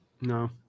No